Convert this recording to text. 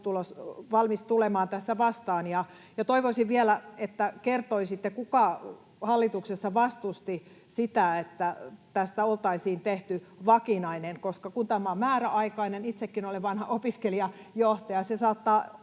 valmis tulemaan tässä vastaan? Toivoisin vielä, että kertoisitte, kuka hallituksessa vastusti sitä, että tästä oltaisiin tehty vakinainen, koska kun tämä on määräaikainen — itsekin olen vanha opiskelijajohtaja — se saattaa